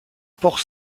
port